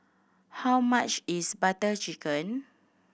how much is Butter Chicken